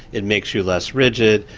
it makes you less rigid,